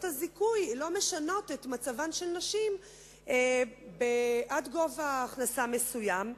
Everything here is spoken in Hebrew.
הזיכוי לא משנות את מצבן של נשים עד גובה הכנסה מסוים.